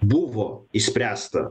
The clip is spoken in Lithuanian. buvo išspręsta